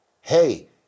Hey